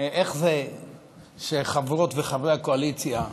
איך זה שחברות וחברי הקואליציה נעדרים,